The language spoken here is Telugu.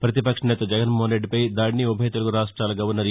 ప్రపతిపక్షనేత జగన్మోహన్ రెడ్డిపై దాడిని ఉభయ తెలుగు రాష్ట్రాల గవర్నర్ ఇ